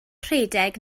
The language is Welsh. rhedeg